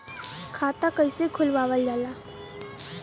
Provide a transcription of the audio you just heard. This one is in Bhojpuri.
खाता कइसे खुलावल जाला?